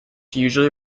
usually